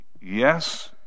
yes